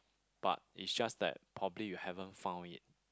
but is just that probably you haven't found yet